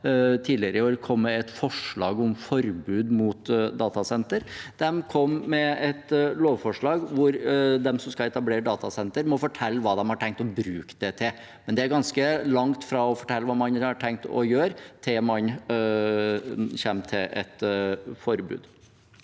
tidligere i år kom et forslag om forbud mot datasentre. De kom med et lovforslag om at de som skal etablere et datasenter, må fortelle hva de har tenkt å bruke det til. Det er ganske langt fra å fortelle hva man har tenkt å gjøre, til det kommer til et forbud.